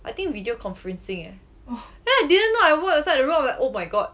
I think video conferencing eh then I didn't know I walk inside the room I was like oh my god